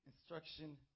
instruction